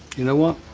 you know what?